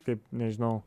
kaip nežinau